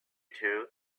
two